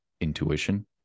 intuition